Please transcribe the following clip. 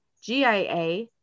GIA